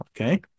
okay